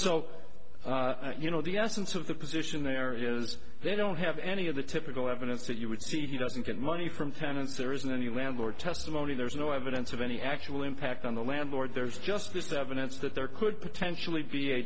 so you know the essence of the position there is they don't have any of the typical evidence that you would see he doesn't get money from tenants there isn't any landlord testimony there's no evidence of any actual impact on the landlord there's just this the evidence that there could potentially be a